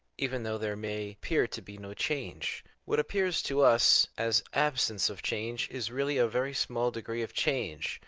even though there may appear to be no change. what appears to us as absence of change is really a very small degree of change.